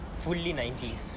fully nineties